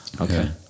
okay